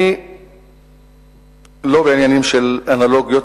אני לא בעניינים של אנלוגיות,